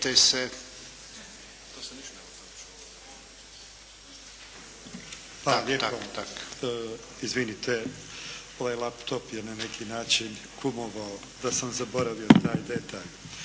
vam lijepo. Izvinite, ovaj laptop je na neki način kumovao da sam zaboravio na taj detalj.